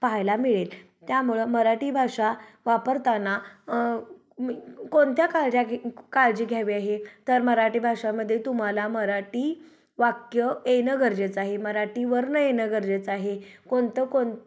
पाहायला मिळेल त्यामुळं मराठी भाषा वापरताना कोणत्या काळजा घ काळजी घ्यावी आहे तर मराठी भाषामध्ये तुम्हाला मराठी वाक्य येणं गरजेचं आहे मराठी वर्ण येणं गरजेचं आहे कोणतं कोण